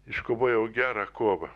iškovojau gerą kovą